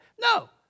No